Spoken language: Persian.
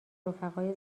رفقای